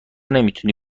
نمیتونی